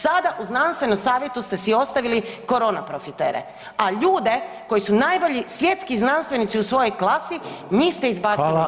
Sada u Znanstvenom savjetu ste si ostavili korona profitere, a ljude koji su najbolji svjetski znanstvenici u svojoj klasi njih ste izbacili van.